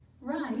right